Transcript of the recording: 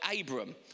Abram